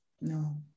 No